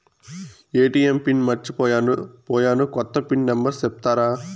ATM pin మర్చిపోయాను పోయాను, కొత్త పిన్ నెంబర్ సెప్తారా?